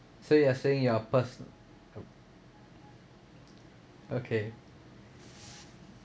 so you are saying your pers~ oh okay